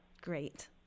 Great